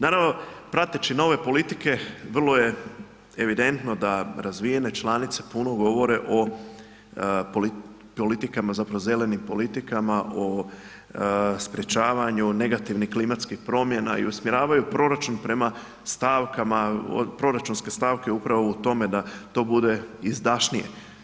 Naravno prateći nove politike vrlo je evidentno da razvijene članice puno govore o zelenim politikama o sprečavanju negativnih klimatskih promjena i usmjeravaju proračun prema stavkama, proračunske stavke upravo u tome da to bude izdašnije.